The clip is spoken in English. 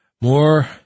more